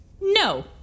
No